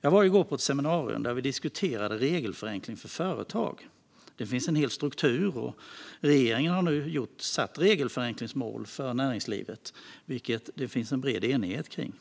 Jag var i går på ett seminarium där vi diskuterade regelförenkling för företag. Det finns en hel struktur, och regeringen har nu satt regelförenklingsmål för näringslivet, vilket det finns en bred enighet kring.